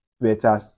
better